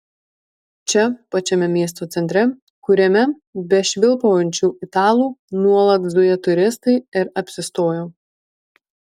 čia pačiame miesto centre kuriame be švilpaujančių italų nuolat zuja turistai ir apsistojau